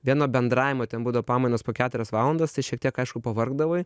vieno bendravimo ten būdavo pamainos po keturias valandas šiek tiek aišku pavargdavai